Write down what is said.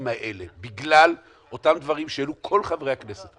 האלה בגלל אותם דברים שהעלו כל חברי הכנסת,